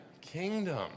kingdom